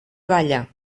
balla